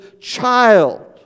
child